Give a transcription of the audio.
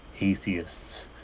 atheists